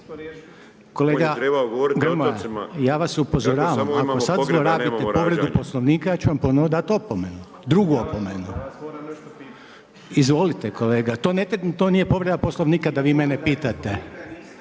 Grmoja, ja vas upozoravam ako sad zlorabite povredu Poslovnika, ja ću vam ponovno dati opomenu, drugu opomenu. Izvolite kolega … **Grmoja, Nikola